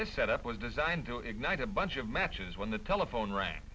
this set up was designed to ignite a bunch of matches when the telephone rang